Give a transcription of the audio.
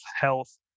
health